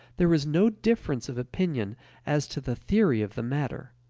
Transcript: there is no difference of opinion as to the theory of the matter.